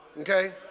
Okay